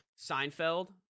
Seinfeld